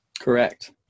Correct